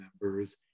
members